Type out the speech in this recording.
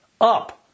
up